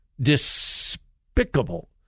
despicable